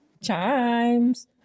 chimes